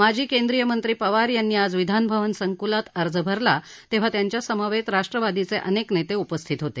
माजी केंद्रीय मंत्री पवार यांनी आज विधानभवन संकुलात अर्ज भरला तेव्हा त्यांच्यासमवेत राष्ट्रवादीचे अनेक नेते उपस्थित होते